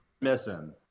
missing